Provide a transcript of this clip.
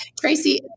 Tracy